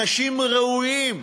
אנשים ראויים,